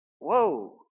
Whoa